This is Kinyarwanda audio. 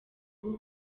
rwo